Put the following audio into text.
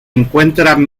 encuentran